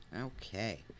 Okay